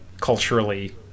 culturally